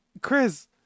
Chris